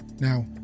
Now